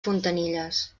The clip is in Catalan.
fontanilles